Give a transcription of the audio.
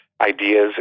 ideas